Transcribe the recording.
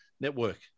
network